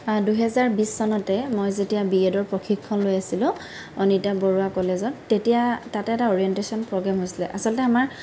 দুহেজাৰ বিছ চনতে মই যেতিয়া বি এডৰ প্ৰশিক্ষণ লৈ আছিলোঁ অনিতা বৰুৱা কলেজত তেতিয়া তাতে এটা অৰিয়েন্টেচন প্ৰগ্ৰেম হৈছিলে আচলতে আমাৰ